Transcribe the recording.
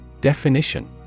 Definition